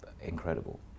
incredible